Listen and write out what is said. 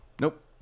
Nope